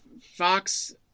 Fox